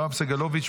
יואב סגלוביץ',